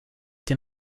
dem